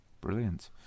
Brilliant